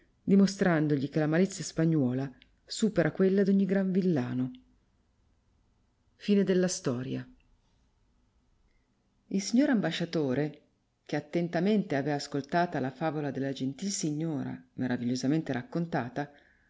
dimostrandogli che la malizia spagnuola supera quella d'ogni gran villano il signor ambasciatore che attentamente avea ascoltata la favola della gentil signora maravigliosamente raccontata